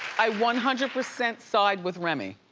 i one hundred percent side with remy.